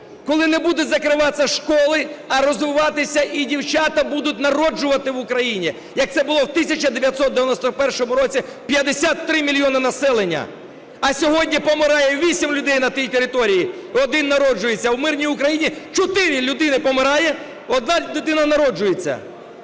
коли не будуть закриватися школи, а розвиватися, і дівчата будуть народжувати в Україні, як це було в 1991 році, 53 мільйони населення. А сьогодні помирає 8 людей на тій території і 1 народжується, а в мирній Україні 4 людини помирає – 1 дитина народжується.